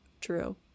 true